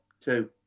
two